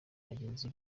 bagenzi